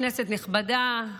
כנסת נכבדה,